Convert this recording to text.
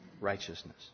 righteousness